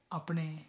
ਆਪਣੇ